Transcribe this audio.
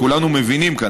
כולנו מבינים כאן,